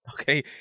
Okay